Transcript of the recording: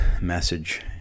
message